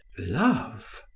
love?